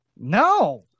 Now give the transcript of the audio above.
No